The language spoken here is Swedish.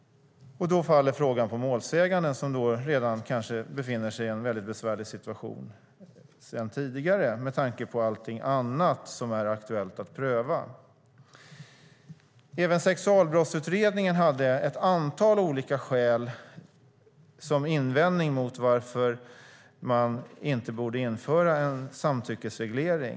Då faller frågan på målsäganden som kanske befinner sig i en väldigt besvärlig situation sedan tidigare, med tanke på allting annat som är aktuellt att pröva. Även Sexualbrottsutredningen hade ett antal olika skäl som invändning mot att införa en samtyckesreglering.